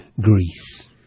Greece